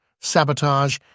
sabotage